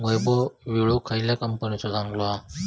वैभव विळो खयल्या कंपनीचो चांगलो हा?